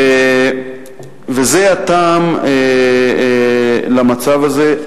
זה הטעם למצב הזה.